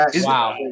Wow